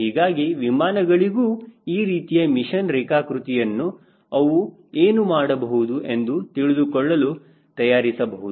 ಹೀಗಾಗಿ ವಿಮಾನಿಗಳಿಗೂ ಈ ರೀತಿಯ ಮಿಷನ್ ರೇಖಾಕೃತಿಯನ್ನು ಅವು ಏನು ಮಾಡಬಹುದು ಎಂದು ತಿಳಿದುಕೊಳ್ಳಲು ತಯಾರಿಸಬಹುದು